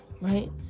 right